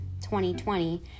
2020